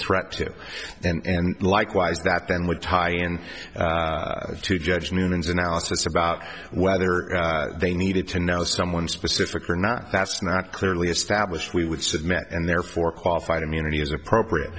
threat to and likewise that then would tie in to judge newman's analysis about whether they needed to know someone specific or not that's not clearly established we would submit and therefore qualified immunity is appropriate